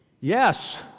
yes